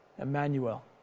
Emmanuel